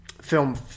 film